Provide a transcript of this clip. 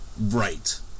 Right